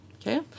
okay